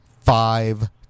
five